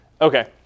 Okay